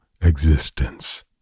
existence